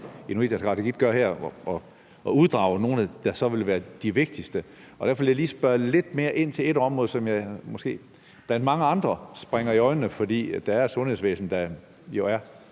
Inuit Ataqatigiit gør her, nemlig at uddrage nogle, der så vil være de vigtigste. Derfor vil jeg lige spørge lidt mere ind til et område, som blandt mange andre måske springer i øjnene, for der er sundhedsvæsenet jo